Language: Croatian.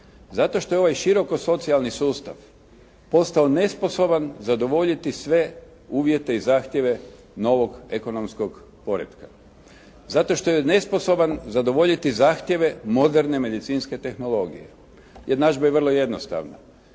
Zato što je ovaj široko socijalni sustav postao nesposoban zadovoljiti sve uvjete i zahtjeve novog ekonomskog poretka, zato što je nesposoban zadovoljiti zahtjeve moderne medicinske tehnologije. Jednadžba je vrlo jednostavna.